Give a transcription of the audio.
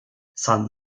san